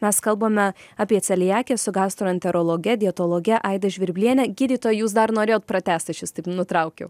mes kalbame apie celiakiją su gastroenterologe dietologe aida žvirbliene gydytoja jūs dar norėjot pratęst aš jus taip nutraukiau